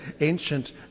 ancient